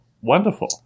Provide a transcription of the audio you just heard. Wonderful